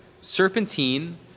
serpentine